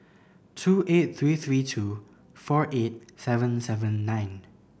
two eight three three two four eight seven seven nine